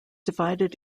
divided